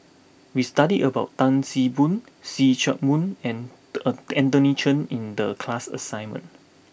we studied about Tan See Boo See Chak Mun and a Anthony Chen in the class assignment